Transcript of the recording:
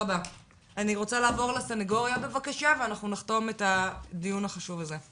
אני רוצה לעבור לסנגוריה בבקשה ואנחנו נחתום את הדיון החשוב הזה.